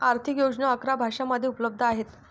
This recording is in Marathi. आर्थिक योजना अकरा भाषांमध्ये उपलब्ध आहेत